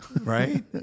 right